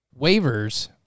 waivers